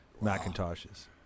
macintoshes